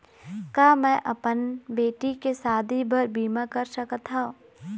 का मैं अपन बेटी के शादी बर बीमा कर सकत हव?